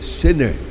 sinner